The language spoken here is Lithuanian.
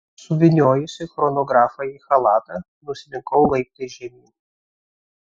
suvyniojusi chronografą į chalatą nuslinkau laiptais žemyn